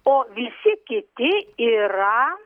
o visi kiti yra